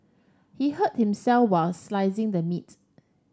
he hurt himself while slicing the meat